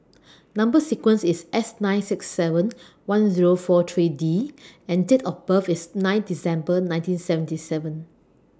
Number sequence IS S nine six seven one Zero four three D and Date of birth IS nine December nineteen seventy seven